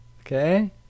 Okay